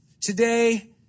Today